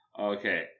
okay